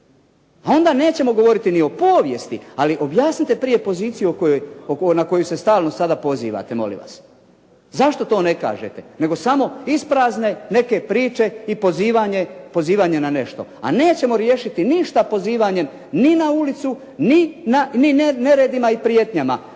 A onda nećemo govoriti ni o povijesti, ali objasnite prije pozicije na koju se stalno sada pozivate, molim vas. Zašto to ne kažete? Nego samo isprazne neke priče i pozivanje na nešto. A nećemo riješiti ništa pozivanjem ni na ulicu, ni neredima i prijetnjama.